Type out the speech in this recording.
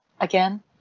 again